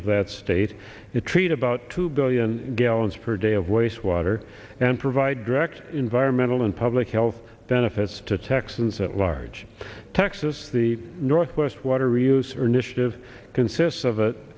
of that state it treat about two billion gallons per day of waste water and provide direct environmental and public health benefits to texans at large texas the northwest water reuse or nish of consists of it